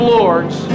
lords